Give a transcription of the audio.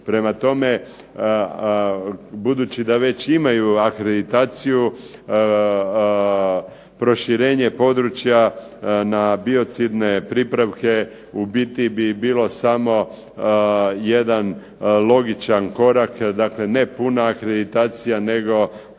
Prema tome, budući da već imaju akreditaciju, proširenje područja na biocidne pripravke u biti bi bilo samo jedan logičan korak, dakle ne puna akreditacija nego kao